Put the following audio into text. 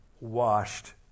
washed